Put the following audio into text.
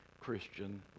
Christian